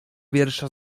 wiersza